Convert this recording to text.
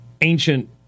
ancient